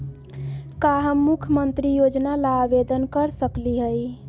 का हम मुख्यमंत्री योजना ला आवेदन कर सकली हई?